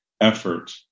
effort